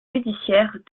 judiciaires